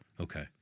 Okay